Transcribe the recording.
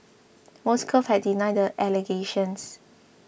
Moscow has denied the allegations